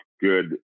good